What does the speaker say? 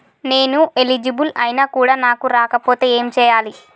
నేను ఎలిజిబుల్ ఐనా కూడా నాకు రాకపోతే ఏం చేయాలి?